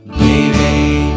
baby